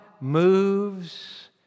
moves